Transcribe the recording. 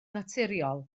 naturiol